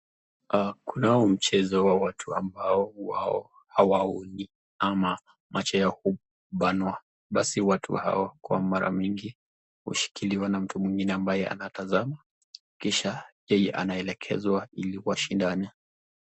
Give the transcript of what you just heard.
Kunao mchezo ya watu ambao wao awaoni ama macho yao huwa ngumu kupanua. Basi watu hawo kwa mara mingi hushikiliwa na mtu mwingine ambaye anayetazama Kisha yeye anaelezwa ili washindane.